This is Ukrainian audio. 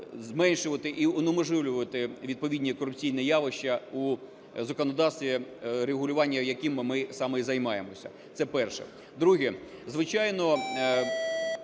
зменшувати і унеможливлювати відповідні корупційні явища у законодавстві, регулюванням якими ми саме і займаємося. Це перше. Друге. Звичайно,